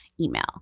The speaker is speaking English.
email